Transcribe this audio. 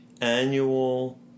annual